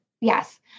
Yes